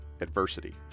Adversity